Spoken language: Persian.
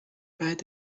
بعد